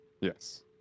Yes